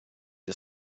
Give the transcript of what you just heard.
the